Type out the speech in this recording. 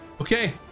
Okay